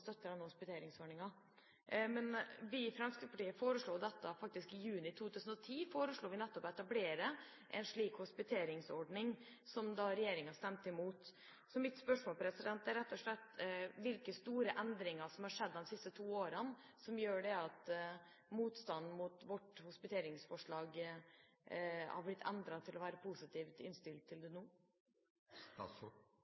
i 2010 å etablere en slik hospiteringsordning, noe regjeringen da stemte imot. Mitt spørsmål er rett og slett: Hvilke store endringer har skjedd de siste to årene som gjør at motstanden mot vårt hospiteringsforslag er blitt endret, slik at man er positivt innstilt til